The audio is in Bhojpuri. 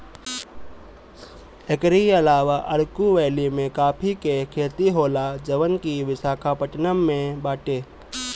एकरी अलावा अरकू वैली में काफी के खेती होला जवन की विशाखापट्टनम में बाटे